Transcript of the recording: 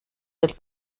del